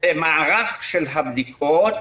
במערך הבדיקות,